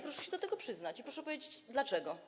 Proszę się do tego przyznać i proszę powiedzieć dlaczego.